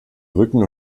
rücken